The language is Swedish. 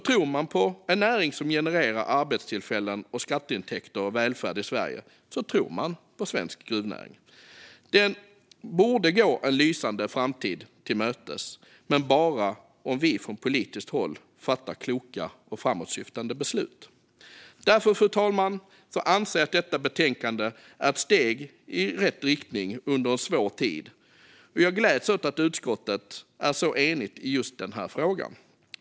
Tror man på en näring som genererar arbetstillfällen, skatteintäkter och välfärd i Sverige tror man på svensk gruvnäring. Den borde gå en lysande framtid till mötes, men bara om vi från politiskt håll fattar kloka och framåtsyftande beslut. Därför, fru talman, anser jag att detta betänkande är ett steg i rätt riktning under en svår tid. Jag gläds åt att utskottet är så enigt i just denna fråga.